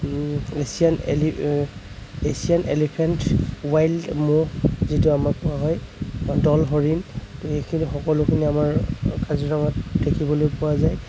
Asian এলি Asian elephant wild ম'হ যিটো আমাৰ কোৱা হয় দল হৰিণ এইখিনি সকলোখিনি আমাৰ কাজিৰঙাত দেখিবলৈ পোৱা যায়